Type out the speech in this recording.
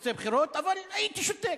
רוצה בחירות, אבל הייתי שותק.